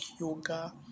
yoga